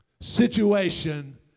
situation